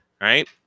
right